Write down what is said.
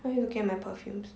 why you looking at my perfumes